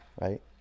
right